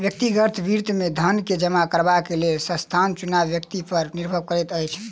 व्यक्तिगत वित्त मे धन के जमा करबाक लेल स्थानक चुनाव व्यक्ति पर निर्भर करैत अछि